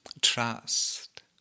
trust